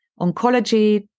Oncology